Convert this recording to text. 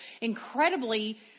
incredibly